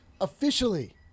officially